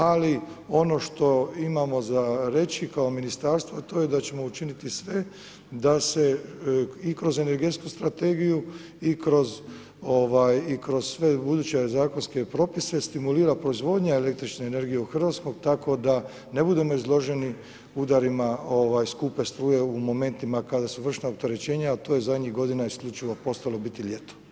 Ali ono što imamo za reći kao ministarstvo, a to je da ćemo učiniti sve da se i kroz energentsku strategiju i kroz sve buduće zakonske propise stimulira proizvodnja električne energije u Hrvatskoj, tako da ne budemo izloženi udarima skupe struje u momentima kada se vršna opterećenja, a to je zadnjih godina isključivo postalo biti ljeto.